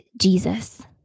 Jesus